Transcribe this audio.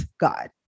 God